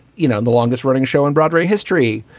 you know, the longest running show in broadway history.